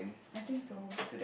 I think so